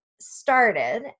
started